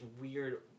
weird